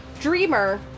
dreamer